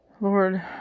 Lord